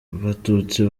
batutsi